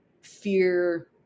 fear